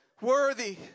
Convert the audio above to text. Worthy